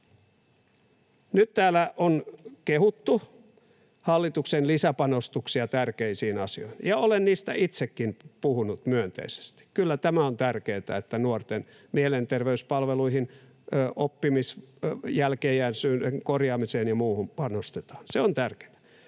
Nyt täällä on kehuttu hallituksen lisäpanostuksia tärkeisiin asioihin, ja olen niistä itsekin puhunut myönteisesti. Kyllä tämä on tärkeätä, että nuorten mielenterveyspalveluihin, oppimiseen, jälkeenjääneisyyden korjaamiseen ja muuhun panostetaan, se on tärkeätä.